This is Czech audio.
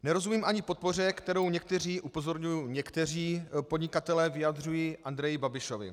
Nerozumím ani podpoře, kterou někteří upozorňuji někteří podnikatelé vyjadřují Andreji Babišovi.